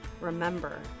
Remember